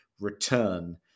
return